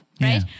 Right